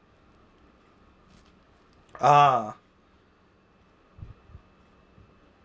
ah ha